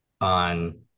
on